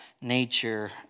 nature